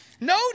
No